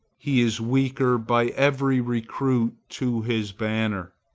he is weaker by every recruit to his banner.